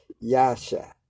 Yasha